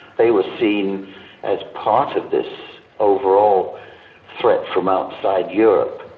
they were seen as part of this overall threat from outside europe.